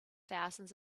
thousands